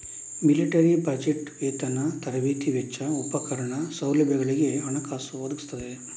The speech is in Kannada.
ಮಿಲಿಟರಿ ಬಜೆಟ್ ವೇತನ, ತರಬೇತಿ ವೆಚ್ಚ, ಉಪಕರಣ, ಸೌಲಭ್ಯಗಳಿಗೆ ಹಣಕಾಸು ಒದಗಿಸ್ತದೆ